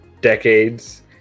decades